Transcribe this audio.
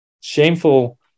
shameful